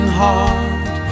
heart